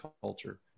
culture